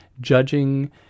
judging